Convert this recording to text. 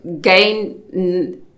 gain